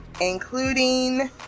including